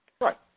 Right